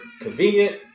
convenient